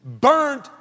burned